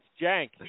Jank